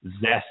zest